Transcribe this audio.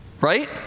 Right